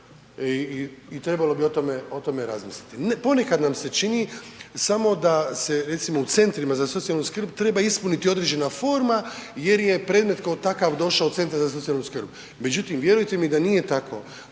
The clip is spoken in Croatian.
i trebalo bi o tome, o tome razmisliti. Ponekad nam se čini samo da se recimo u centrima za socijalnu skrb treba ispuniti određena forma jer je predmet kao takav došao u centar za socijalnu skrb. Međutim, vjerujte mi da nije tako,